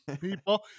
people